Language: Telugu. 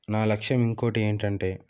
నా లక్ష్యం ఇంకొకటి ఏంటంటే